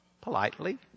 politely